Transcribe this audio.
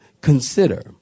Consider